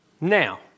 Now